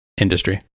industry